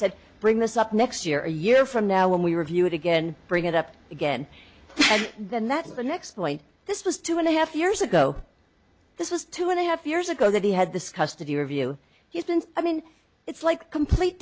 said bring this up next year a year from now when we review it again bring it up again and then that the next point this was two and a half years ago this was two and a half years ago that he had this custody review he's been i mean it's like complete